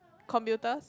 computers